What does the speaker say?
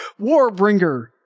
Warbringer